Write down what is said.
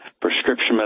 prescription